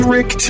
Rick